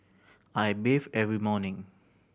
I bathe every morning